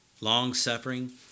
long-suffering